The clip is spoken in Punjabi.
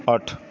ਅੱਠ